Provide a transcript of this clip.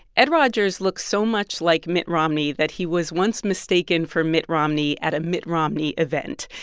ed rogers looks so much like mitt romney that he was once mistaken for mitt romney at a mitt romney event.